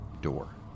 door